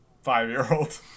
Five-year-old